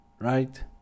right